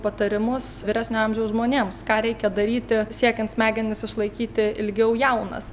patarimus vyresnio amžiaus žmonėms ką reikia daryti siekiant smegenis išlaikyti ilgiau jaunas